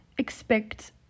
expect